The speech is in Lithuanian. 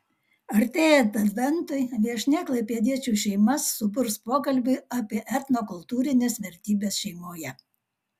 artėjant adventui viešnia klaipėdiečių šeimas suburs pokalbiui apie etnokultūrines vertybes šeimoje